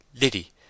Liddy